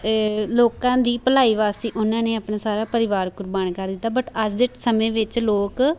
ਲੋਕਾਂ ਦੀ ਭਲਾਈ ਵਾਸਤੇ ਉਹਨਾਂ ਨੇ ਆਪਣਾ ਸਾਰਾ ਪਰਿਵਾਰ ਕੁਰਬਾਨ ਕਰ ਦਿੱਤਾ ਬਟ ਅੱਜ ਸਮੇਂ ਵਿੱਚ ਲੋਕ